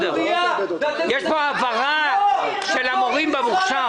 יש פה העברה למורים במוכש"ר.